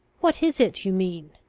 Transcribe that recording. what is it you mean?